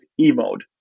E-mode